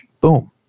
Boom